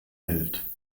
welt